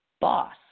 boss